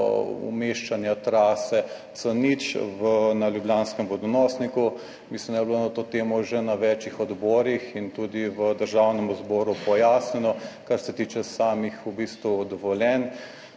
umeščanja trase C0 na ljubljanskem vodonosniku. Mislim, da je bilo na to temo že na večih odborih in tudi v Državnem zboru pojasnjeno. Kar se tiče samih v